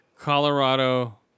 Colorado